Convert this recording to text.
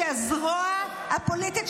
שהזרוע הפוליטית,